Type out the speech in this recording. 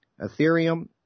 Ethereum